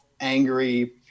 angry